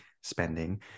spending